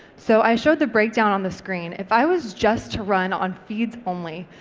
so i showed the breakdown on the screen. if i was just to run on feeds only,